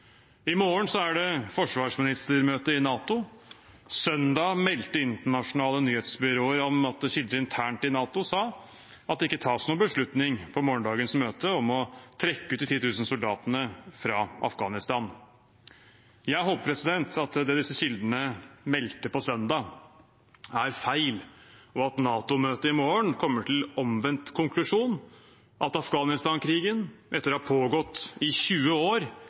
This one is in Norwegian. I morgen er det forsvarsministermøte i NATO. Søndag meldte internasjonale nyhetsbyråer om at kilder internt i NATO sa at det ikke tas noen beslutning på morgendagens møte om å trekke ut de 10 000 soldatene fra Afghanistan. Jeg håper at det disse kildene meldte på søndag, er feil, og at NATO-møtet i morgen kommer til omvendt konklusjon – at Afghanistan-krigen, etter å ha pågått i 20 år,